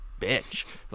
bitch